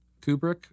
Kubrick